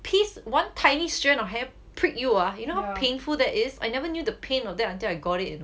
piece one tiny strand of hair prick you ah you know painful that is I never knew the pain of that until I got it you know